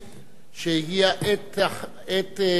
שהגיעה עת הצבעה.